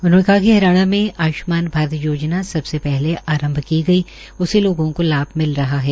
उन्होंने कहा कि हरियाणा मे आय्ष्मान भारत योजना सबसे पहले आरंभ की गई है और उससे लोगों को लाभ मिल रहा है